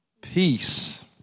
peace